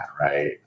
right